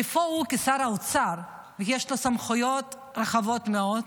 איפה הוא כשר האוצר, ויש לו סמכויות רחבות מאוד,